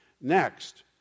Next